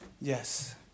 Yes